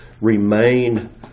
remain